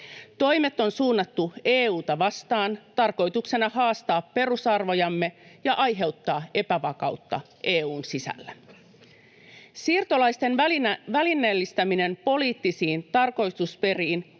Toimet on suunnattu EU:ta vastaan, tarkoituksena haastaa perusarvojamme ja aiheuttaa epävakautta EU:n sisällä. Siirtolaisten välineellistäminen poliittisiin tarkoitusperiin